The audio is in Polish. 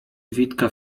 witka